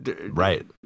right